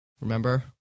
Remember